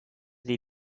sie